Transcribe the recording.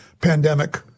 pandemic